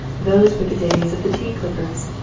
those were the days of the tea clippers,